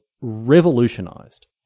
revolutionised